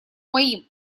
моим